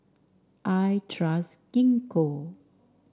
I trust Gingko